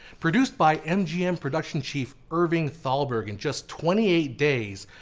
produced by mgm production chief irving thalberg in just twenty eight days,